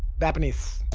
bapnese!